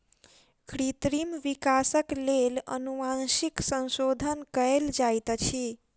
कृत्रिम विकासक लेल अनुवांशिक संशोधन कयल जाइत अछि